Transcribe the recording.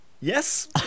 Yes